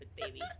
baby